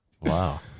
Wow